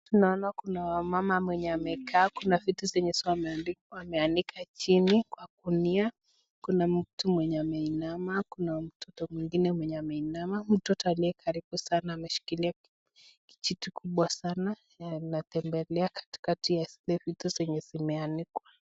Tunaona kuna mama mwenye amekaa na vitu zenye wameanika chini kwa gunia, kuna mtu mwenye ameinama , kuna mtoto mwingine mwenye ameinama. Mtoto aliye karibu sana ameshikilia kijiti kubwa sana na anatembelea katikati ya vitu zenye zimeanikwa.